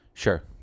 Sure